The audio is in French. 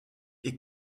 est